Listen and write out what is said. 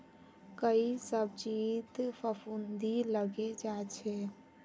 कई सब्जित फफूंदी लगे जा छे